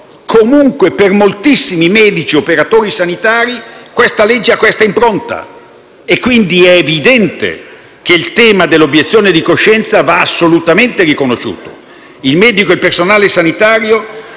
Comunque, per moltissimi medici e operatori sanitari il disegno di legge in esame ha questa impronta e quindi è evidente che il tema dell'obiezione di coscienza va assolutamente riconosciuto. Il medico e il personale sanitario